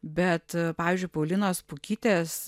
bet pavyzdžiui paulinos pukytės